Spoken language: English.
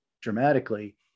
dramatically